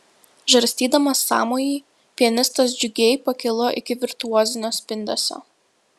žarstydamas sąmojį pianistas džiugiai pakilo iki virtuozinio spindesio